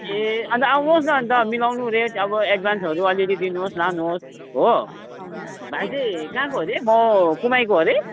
ए अन्त आउनुहोस् न अन्त मिलाउनु रेट अब एड्भान्सहरू अलिअलि दिनुहोस् लानुहोस् हो भाइ चाहिँ कहाँको अरे म कुमाइको अरे